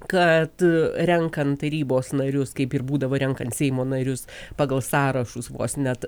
kad renkant tarybos narius kaip ir būdavo renkant seimo narius pagal sąrašus vos net